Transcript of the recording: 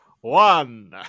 One